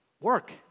work